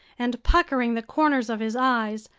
and puckering the corners of his eyes,